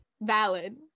Valid